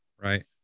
right